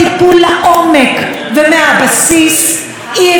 אי-אפשר יהיה להתמודד עם התופעה הזו.